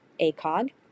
ACOG